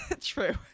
True